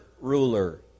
ruler